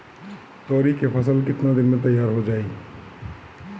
तोरी के फसल केतना दिन में तैयार हो जाई?